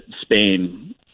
Spain